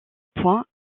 point